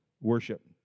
worship